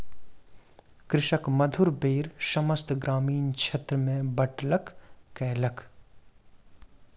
कृषक मधुर बेर समस्त ग्रामीण क्षेत्र में बाँटलक कयलक